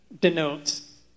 denotes